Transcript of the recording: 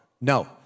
No